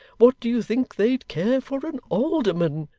what do you think they'd care for an alderman!